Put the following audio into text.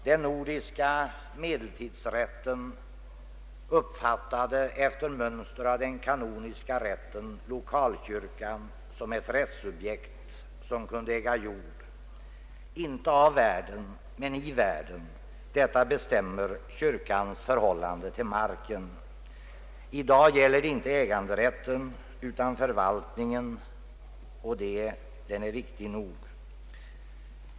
Den nordiska medeltidsrätten uppfattade — efter mönster av den kanoniska rätten — lokalkyrkan såsom ett rättssubjekt, som kunde äga jord — inte av världen men i världen. Detta bestämmer kyrkans förhållande till marken. I dag gäller det inte äganderätten utan förvaltningen, och den är viktig nog.